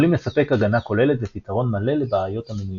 יכולים לספק הגנה כוללת ופתרון מלא לבעיות המנויות.